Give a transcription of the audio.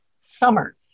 summer